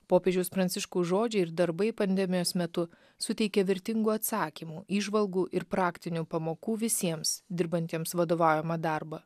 popiežiaus pranciškaus žodžiai ir darbai pandemijos metu suteikė vertingų atsakymų įžvalgų ir praktinių pamokų visiems dirbantiems vadovaujamą darbą